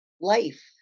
Life